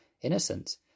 Innocent